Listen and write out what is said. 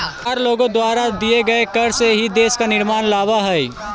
सरकार लोगों द्वारा दिए गए कर से ही देश में निर्माण लावअ हई